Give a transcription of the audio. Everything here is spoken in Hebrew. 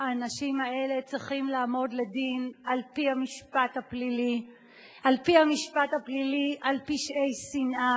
האנשים האלה צריכים לעמוד לדין על-פי המשפט הפלילי על פשעי שנאה,